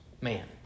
man